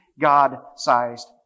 God-sized